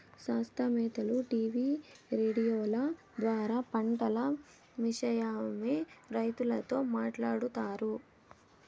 శాస్త్రవేత్తలు టీవీ రేడియోల ద్వారా పంటల విషయమై రైతులతో మాట్లాడుతారు